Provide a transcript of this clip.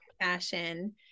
fashion